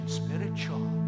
spiritual